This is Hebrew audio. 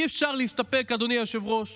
אי-אפשר להסתפק, אדוני היושב-ראש,